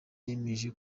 yemeje